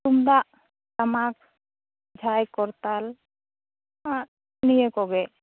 ᱛᱩᱢᱫᱟᱜ ᱴᱟᱢᱟᱠ ᱡᱷᱟᱭ ᱠᱚᱨᱛᱟᱞ ᱟᱜ ᱱᱤᱭᱟᱹ ᱠᱚᱜᱮ